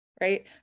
Right